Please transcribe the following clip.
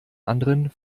anderen